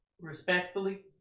Respectfully